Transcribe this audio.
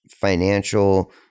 financial